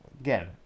Again